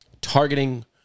targeting